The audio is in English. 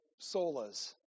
solas